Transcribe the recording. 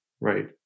Right